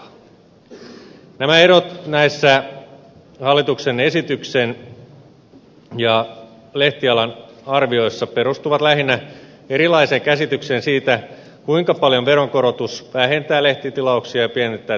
nämä erot näissä hallituksen esityksen ja lehtialan arvioissa perustuvat lähinnä erilaiseen käsitykseen siitä kuinka paljon veronkorotus vähentää lehtitilauksia ja pienentää tilausmaksutuloja